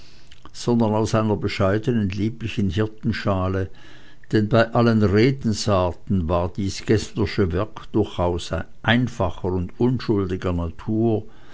sondern aus einer bescheidenen lieblichen hirtenschale denn bei allen redensarten war dies geßnersche wesen durchaus einfacher und unschuldiger natur